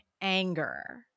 anger